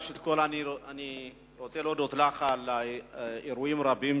ראשית אני רוצה להודות לך על אירועים רבים